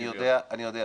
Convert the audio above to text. אני יודע.